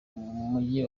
mujyi